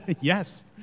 Yes